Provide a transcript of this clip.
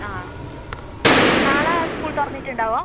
ആ നാളെ സ്കൂൾ തുറന്നിട്ടുണ്ടാവുമോ